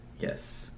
Yes